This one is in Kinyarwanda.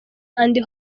andi